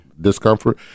discomfort